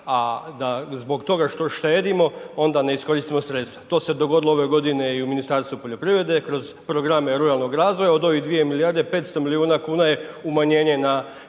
a da zbog toga što štedimo onda ne iskoristimo sredstva. To se dogodilo ove godine i u Ministarstvu poljoprivrede kroz programe ruralnog razvoja, od ovih 2 milijarde 500 milijuna kuna je umanjenje na